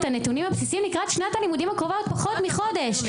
הנתונים הבסיסיים לקראת שנת הלימודים הקרובה שהיא עוד פחות מחודש.